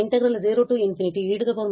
ಆದ್ದರಿಂದ ಇದು ಕೇವಲ e −as s ಆಗಿದೆ